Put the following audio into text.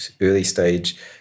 early-stage